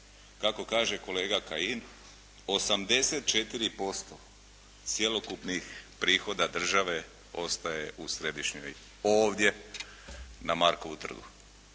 kako kaže kolega Kajin 84% cjelokupnih prihoda države ostaje u središnjoj, ovdje na Markovu trgu.